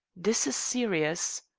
this is serious.